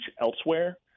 elsewhere